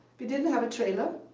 we didn't have a trailer.